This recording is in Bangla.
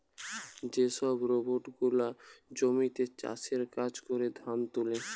যে সব রোবট গুলা জমিতে চাষের কাজ করে, ধান তুলে